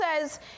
says